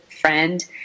friend